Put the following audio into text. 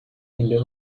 into